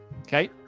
Okay